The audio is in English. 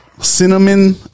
cinnamon